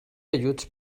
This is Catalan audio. ajuts